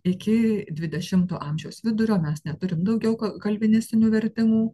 iki dvidešimto amžiaus vidurio mes neturim daugiau kalvinistinių vertimų